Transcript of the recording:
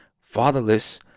fatherless